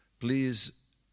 please